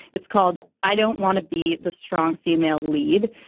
it's called i don't want to be the strong female lead.